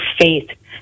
faith